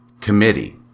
Committee